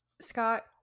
Scott